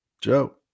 Joe